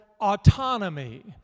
autonomy